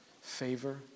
favor